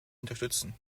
unterstützen